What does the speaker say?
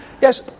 Yes